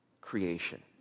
creation